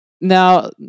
now